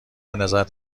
نظارت